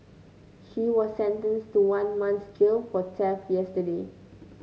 she was sentenced to one month's jail for theft yesterday